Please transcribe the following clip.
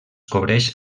cobreix